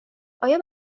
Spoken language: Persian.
آیا